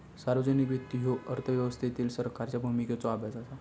सार्वजनिक वित्त ह्यो अर्थव्यवस्थेतील सरकारच्या भूमिकेचो अभ्यास असा